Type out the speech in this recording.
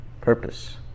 purpose